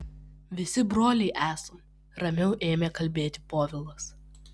visgi broliai esam ramiau ėmė kalbėti povilas